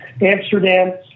amsterdam